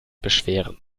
beschweren